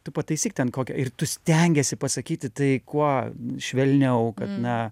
tu pataisyk ten kokią ir tu stengiesi pasakyti tai kuo švelniau kad na